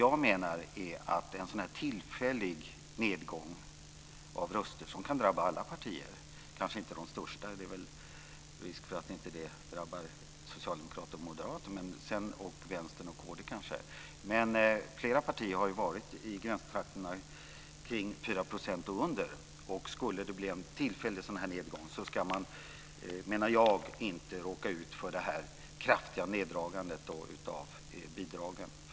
Jag menar att en sådan här tillfällig nedgång av antalet röster kan drabba alla partier - kanske inte de största. Det är väl risk för att det inte drabbar Socialdemokraterna och Moderaterna, kanske inte heller Vänstern och kd, men flera partier har varit i gränstrakterna kring 4 % och under. Jag menar att man, om det skulle bli en tillfällig nedgång, inte ska råka ut för denna kraftiga neddragning av bidragen.